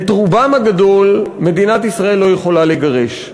את רובם הגדול מדינת ישראל לא יכולה לגרש.